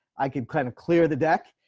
i could kind of clear the deck,